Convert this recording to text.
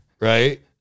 Right